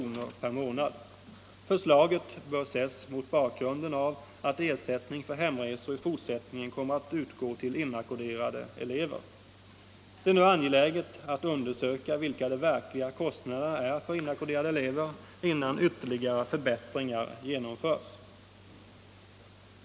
per månad. Förslaget bör ses mot bakgrunden av att ersättning för hemresor i fortsättningen kommer att utgå till inackorderade elever. Det är nu angeläget att undersöka vilka de verkliga kostnaderna är för inackorderade elever, innan ytterligare förbättringar genomförs.